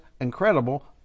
incredible